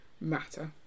matter